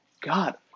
god